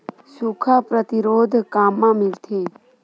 सुखा प्रतिरोध कामा मिलथे?